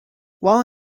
while